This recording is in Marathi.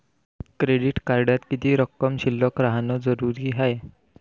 क्रेडिट कार्डात किती रक्कम शिल्लक राहानं जरुरी हाय?